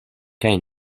kaj